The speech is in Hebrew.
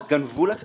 אני כבר אדאג לעצמי,